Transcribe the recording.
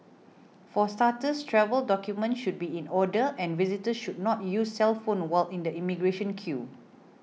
for starters travel documents should be in order and visitors should not use cellphones while in the immigration queue